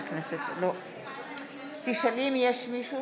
האם יש מישהו